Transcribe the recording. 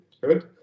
good